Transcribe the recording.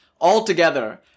altogether